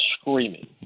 screaming